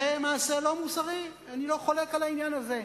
זה מעשה לא מוסרי, אני לא חולק על העניין הזה.